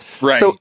right